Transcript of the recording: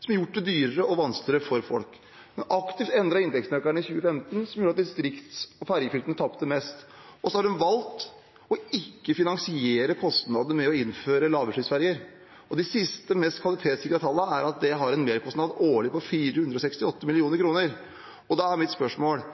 som har gjort det dyrere og vanskeligere for folk. Hun har aktivt endret inntektsnøkkelen i 2015, som gjorde at distrikts- og ferjefylkene tapte mest, og så har hun valgt å ikke finansiere kostnadene med å innføre lavutslippsferjer. De siste, mest kvalitetssikrede tallene er at det har en merkostnad årlig på 468 mill. kr. Da er mitt spørsmål: